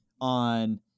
on